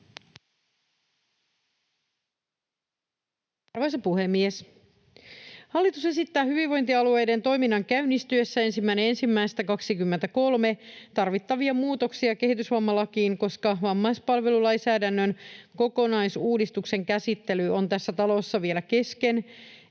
Arvoisa puhemies! Hallitus esittää hyvinvointialueiden toiminnan käynnistyessä 1.1.2023 tarvittavia muutoksia kehitysvammalakiin, koska vammaispalvelulainsäädännön kokonaisuudistuksen käsittely on tässä talossa vielä kesken